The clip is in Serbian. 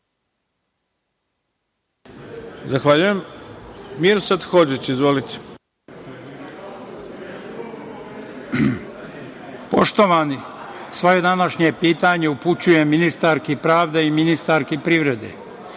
Zahvaljujem. Mirsad Hodžić, izvolite. **Mirsad Hodžić** Poštovani, svoje današnje pitanje upućujem ministarki pravde i ministarki privrede.